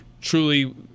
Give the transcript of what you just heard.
truly